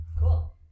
Cool